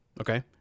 Okay